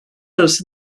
arası